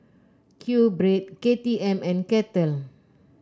Q Bread K T M and Kettle